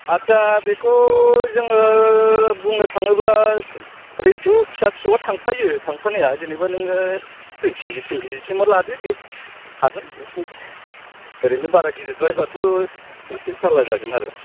आच्चा बेखौ जोङो बुंनो थाङोब्ला ओरैनोथ' फिसा फिसौआ थांफायो थांफानाया जेनेबा नोङो दुय के जि थिन के जि सिमआ लादो दे हागोन बेसिमखौ ओरैनो बारा गिदिरद्रायबाथ' इसे जाल्ला जागोन आरो